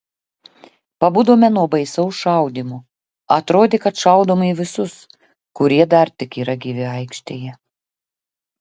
pabudome nuo baisaus šaudymo atrodė kad šaudoma į visus kurie dar tik yra gyvi aikštėje